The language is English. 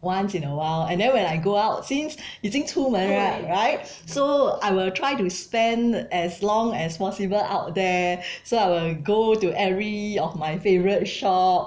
once in a while and then when I go out since 已经出门 right right so I will try to spend as long as possible out there so I will go to every of my favourite shop